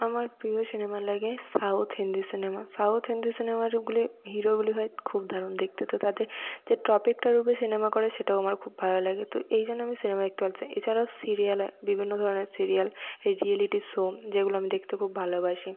আমার প্রিয় সিনেমা লাগে south Hindi cinema south Hindi cinema গুলির হিরোগুলি হয় খুব দারুণ দেখতে তো তাদের যে টপিকটার ওপর সিনেমা করে সেটাও আমার খুব ভালো লাগে তো এই জন্য আমি সিনেমা দেখতে ভালোবাসি এছাড়াও সিরিয়াল বিভিন্ন ধরণের সিরিয়াল রিয়ালিটি শো যেগুলো আমি দেখতে খুব ভালোবাসি